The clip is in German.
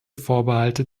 vorbehalte